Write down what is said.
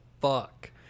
fuck